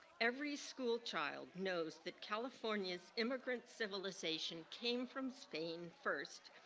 every school child knows that california's immigrant civilization came from spain first,